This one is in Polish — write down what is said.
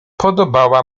podobała